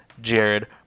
Jared